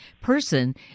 person